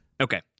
Okay